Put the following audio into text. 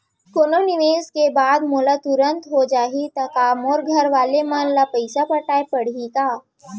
कोनो निवेश के बाद मोला तुरंत हो जाही ता का मोर घरवाले मन ला पइसा पटाय पड़ही का?